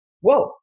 Whoa